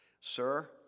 Sir